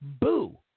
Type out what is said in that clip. boo